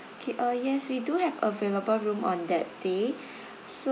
okay uh yes we do have available room on that day so